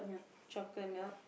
chocolate milk